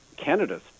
Canada's